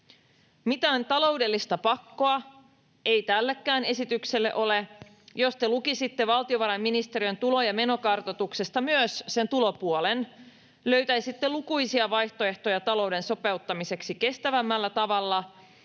Mitään taloudellista pakkoa ei tällekään esitykselle ole. Jos te lukisitte valtiovarainministeriön tulo- ja menokartoituksesta myös sen tulopuolen, löytäisitte lukuisia vaihtoehtoja talouden sopeuttamiseksi kestävämmällä tavalla.